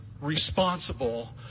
responsible